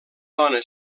dona